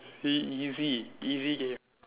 see easy easy game